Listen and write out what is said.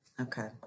Okay